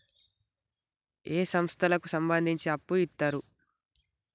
ఏ సంస్థలకు సంబంధించి అప్పు ఇత్తరు?